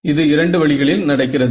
இது இரண்டு வழிகளில் நடக்கிறது